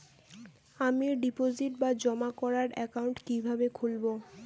আমি ডিপোজিট বা জমা করার একাউন্ট কি কিভাবে খুলবো?